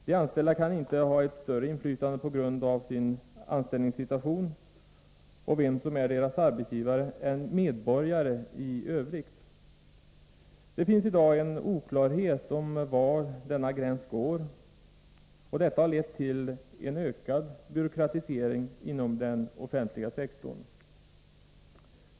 De anställda kan inte ha ett större inflytande på grund av sin anställningssituation och med hänsyn till vem som är deras arbetsgivare än medborgare i övrigt. Det finns i dag en oklarhet om var denna gräns går, och detta har lett till en ökad byråkratisering inom den offentliga sektorn.